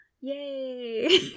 Yay